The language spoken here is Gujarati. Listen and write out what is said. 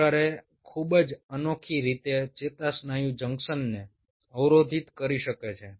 કુરેર ખૂબ જ અનોખી રીતે ચેતાસ્નાયુ જંકશનને અવરોધિત કરી શકે છે